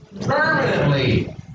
Permanently